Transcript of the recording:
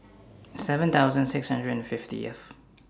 seven thousand six hundred and fiftieth